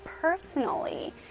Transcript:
personally